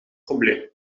probleem